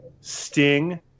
Sting